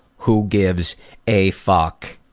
who gives a fuck!